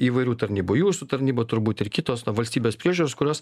įvairių tarnybų jūsų tarnyba turbūt ir kitos valstybės priežiūros kurios